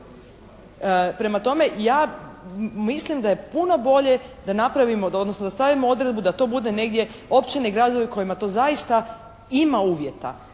Prema tome, ja mislim da je puno bolje da napravimo, da odnosno da stavimo odredbu da to bude negdje općine i gradovi kojima to zaista ima uvjeta,